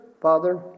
Father